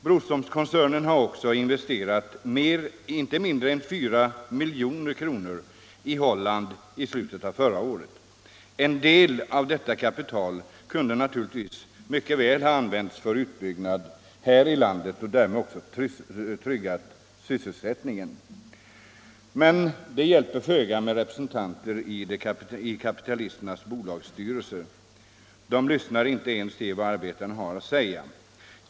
Broströmskoncernen investerade inte mindre än 400 miljoner i Holland i slutet på förra året. En del av detta kapital kunde givetvis mycket väl ha använts för utbyggnad här i landet och därmed tryggat sysselsättningen. Men det hjälper föga med representanter i kapitalisternas bolagsstyrelser. Man lyssnar inte ens på vad arbetarna har att säga.